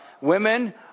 women